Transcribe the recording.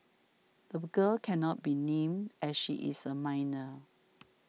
the girl cannot be named as she is a minor